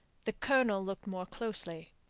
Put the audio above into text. the colonel looked more closely.